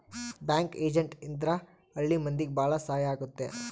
bank agent ಇದ್ರ ಹಳ್ಳಿ ಮಂದಿಗೆ ಭಾಳ ಸಹಾಯ ಆಗುತ್ತೆ